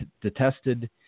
detested